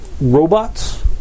robots